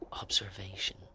observation